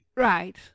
Right